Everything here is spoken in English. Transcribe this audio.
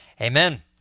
Amen